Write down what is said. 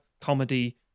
comedy